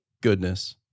goodness